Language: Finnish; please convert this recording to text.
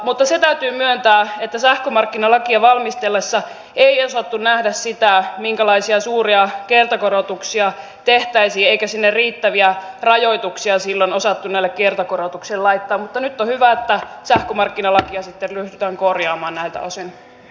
mutta se täytyy myöntää että sähkömarkkinalakia valmisteltaessa ei osattu nähdä sitä minkälaisia suuria kertakorotuksia tehtäisiin eikä sinne riittäviä rajoituksia silloin osattu näille kertakorotuksille laittaa mutta nyt on hyvä että sähkömarkkinalakia sitten ryhdytään korjaamaan näiltä osin